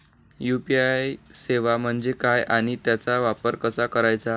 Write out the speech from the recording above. UPI सेवा म्हणजे काय आणि त्याचा वापर कसा करायचा?